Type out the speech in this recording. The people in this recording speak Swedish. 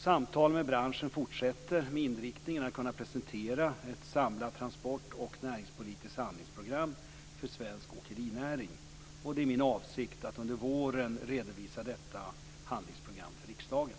Samtalen med branschen fortsätter med inriktningen att kunna presentera ett samlat transport och näringspolitiskt handlingsprogram för svensk åkerinäring. Det är min avsikt att under våren redovisa detta handlingsprogram för riksdagen.